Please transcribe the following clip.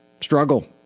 struggle